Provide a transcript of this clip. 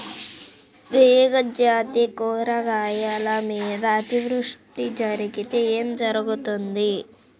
తీగజాతి కూరగాయల మీద అతివృష్టి జరిగితే ఏమి జరుగుతుంది?